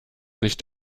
nicht